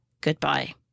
goodbye